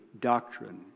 doctrine